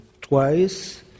twice